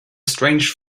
strange